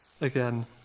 again